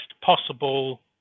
possible